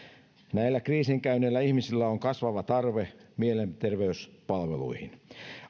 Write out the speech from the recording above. näillä kriisin käyneillä ihmisillä on kasvava tarve mielenterveyspalveluihin